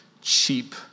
cheap